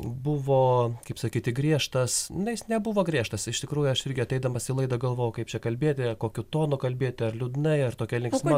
buvo kaip sakyti griežtas na jis nebuvo griežtas iš tikrųjų aš irgi ateidamas į laidą galvojau kaip čia kalbėti ar kokiu tonu kalbėti ar liūdnai ar tokia linksma gaida